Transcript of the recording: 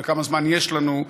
וכמה זמן יש לנו,